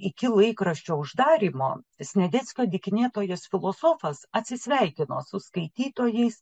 iki laikraščio uždarymo sniadeckio dykinėtojas filosofas atsisveikino su skaitytojais